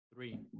Three